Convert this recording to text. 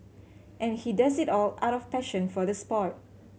and he does it all out of passion for the sport